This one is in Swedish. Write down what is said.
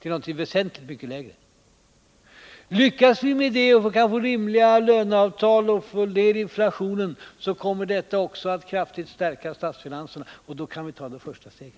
till någonting väsentligt mycket lägre. Om vi lyckas med det och kan få igenom rimliga löneavtal kommer detta också att kraftigt stärka statsfinanserna, och då kan vi ta det första steget.